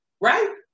Right